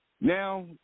Now